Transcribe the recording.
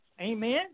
Amen